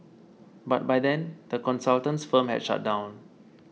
but by then the consultant's firm had shut down